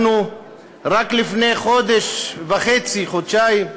אנחנו רק לפני חודש וחצי, חודשיים,